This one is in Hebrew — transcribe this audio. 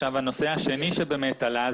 הנושא השני שעלה,